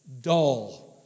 dull